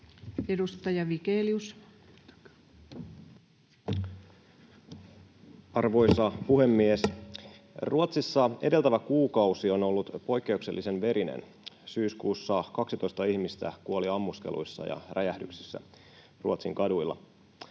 Edustaja Vigelius. Arvoisa puhemies! Ruotsissa edeltävä kuukausi on ollut poikkeuksellisen verinen. Syyskuussa 12 ihmistä kuoli ammuskeluissa ja räjähdyksissä Ruotsin kaduilla.